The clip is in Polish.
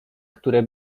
które